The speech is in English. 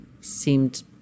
seemed